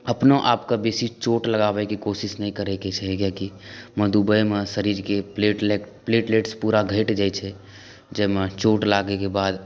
अपनो आपके बेसी चोट लगाबयके कोशिश नहि करयके छै किएकि मधुमेहमे शरीरके प्लेटलेट्स पूरा घटि जाइ छै जाहिमे चोट लागैक बाद